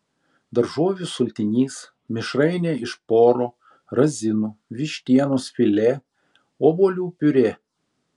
daržovių sultinys mišrainė iš poro razinų vištienos filė obuolių piurė